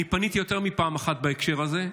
אני פניתי יותר מפעם אחת בהקשר הזה,